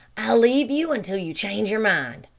i'll leave you until you change your mind.